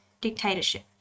dictatorship